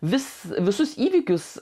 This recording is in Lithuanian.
vis visus įvykius